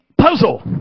Puzzle